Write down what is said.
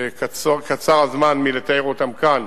וקצר הזמן מלתאר כאן